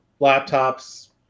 laptops